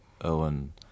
Owen